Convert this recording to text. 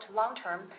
long-term